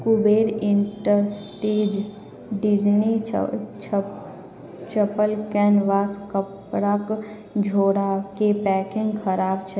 Kuber industries Disney छ छ छपल कैनवास कपड़ाके झोराके पैकिंग खराब छै